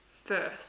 first